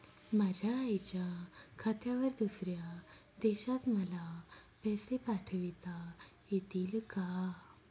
माझ्या आईच्या खात्यावर दुसऱ्या देशात मला पैसे पाठविता येतील का?